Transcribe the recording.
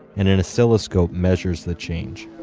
and an oscilloscope measures the change.